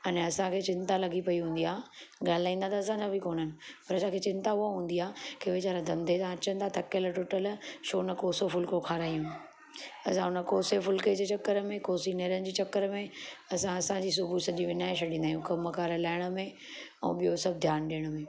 अने असांखे चिंता लॻी पई हूंदी आहे ॻाल्हाईंदा त असांजा बि कोन आहिनि पर असांखे चिंता उहा हूंदी आहे कि वेचारा धंधे तां अचनि था थकियल टुटियल छो न कोसो फुलको खारायूं असां हुन कोसे फुलके जे चक्कर में कोसी नेरनि जे चक्कर में असां असांजी सुबुह सॼी विञाए छॾींदा आहियूं कम कार लाहिण में ऐं ॿियो सभु ध्यानु ॾियण में